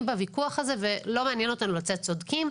בוויכוח הזה ולא מעניין אותנו לצאת צודקים.